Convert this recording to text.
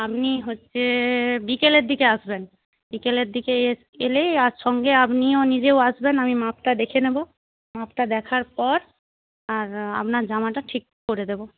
আপনি হচ্ছে বিকেলের দিকে আসবেন বিকেলের দিকে এস এলে আর সঙ্গে আপনিও নিজেও আসবেন আমি মাপটা দেখে নেব মাপটা দেখার পর আর আপনার জামাটা ঠিক করে দেব